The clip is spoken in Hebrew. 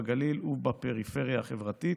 בגליל ובפריפריה החברתית.